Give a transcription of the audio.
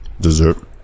dessert